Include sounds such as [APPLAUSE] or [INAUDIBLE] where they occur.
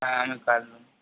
হ্যাঁ [UNINTELLIGIBLE]